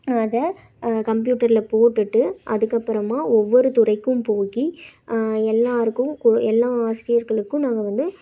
அதை கம்ப்யூட்டரில் போட்டுட்டு அதுக்கப்புறமா ஒவ்வொரு துறைக்கும் போகி எல்லோருக்கும் கொ எல்லா ஆசிரியர்களுக்கும் நாங்கள் வந்து